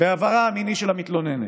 בעברה המיני של המתלוננת.